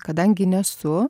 kadangi nesu